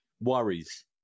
worries